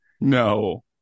No